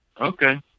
Okay